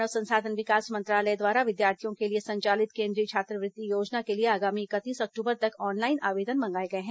मानव संसाधन विकास मंत्रालय द्वारा विद्यार्थियों के लिए संचालित केन्द्रीय छात्रवृत्ति योजना के लिए आगामी इकतीस अक्टूबर तक ऑनलाइन आवेदन मंगाए गए हैं